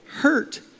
Hurt